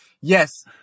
Yes